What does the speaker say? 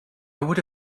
would